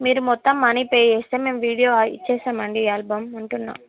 మీరు మొత్తం money pay చేస్తే మేము వీడియో ఇస్తాం అండి ఆల్బమ్ అంటున్నాను